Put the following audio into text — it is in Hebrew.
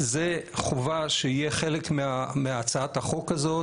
זה חובה שיהיה חלק מהצעת החוק הזאת,